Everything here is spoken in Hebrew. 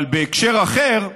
אבל בהקשר אחר,